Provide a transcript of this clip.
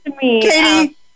Katie